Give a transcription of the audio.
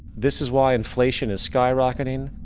this is why inflation is skyrocketing,